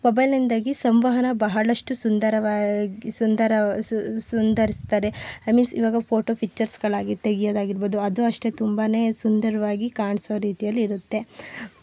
ಮೊಬೈಲ್ನಿಂದಾಗಿ ಸಂವಹನ ಬಹಳಷ್ಟು ಸುಂದರವಾಗಿ ಸುಂದರ ಸುಂದರಿಸ್ತರೆ ಐ ಮೀನ್ಸ್ ಈವಾಗ ಫೋಟೋ ಪಿಚ್ಚರ್ಸ್ಗಳಾಗಿ ತೆಗೆಯೋದು ಆಗಿರ್ಬೋದು ಅದು ಅಷ್ಟೇ ತುಂಬನೇ ಸುಂದರವಾಗಿ ಕಾಣಿಸೋ ರೀತಿಯಲ್ಲಿ ಇರುತ್ತೆ